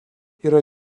yra